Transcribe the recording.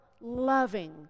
loving